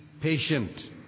patient